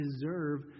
deserve